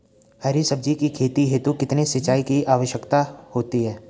हरी सब्जी की खेती हेतु कितने सिंचाई की आवश्यकता होती है?